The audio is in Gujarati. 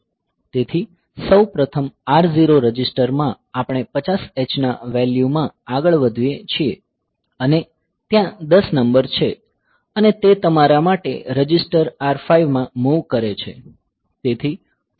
તેથી સૌ પ્રથમ R0 રજિસ્ટરમાં આપણે 50 h ના વેલ્યૂમાં આગળ વધીએ છીએ અને ત્યાં 10 નંબર છે અને તે તમારા માટે રજીસ્ટર R5 માં મૂવ કરે છે